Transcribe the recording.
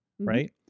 right